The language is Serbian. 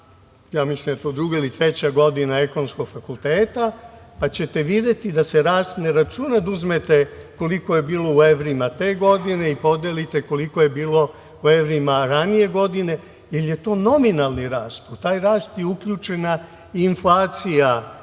mislim da je to druga ili treća godina Ekonomskog fakulteta, pa ćete videti da se rast ne računa da uzmete koliko je bilo u evrima te godine, i podelite koliko je bilo u evrima ranije godine, jer je to nominalni rast. U taj rast je uključena inflacija